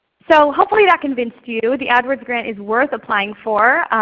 so hopefully that convinced you the adwords grants is worth applying for.